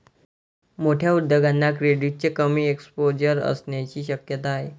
मोठ्या उद्योगांना क्रेडिटचे कमी एक्सपोजर असण्याची शक्यता आहे